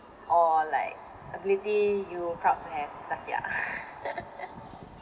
or like ability you proud to have zakiah